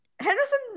Henderson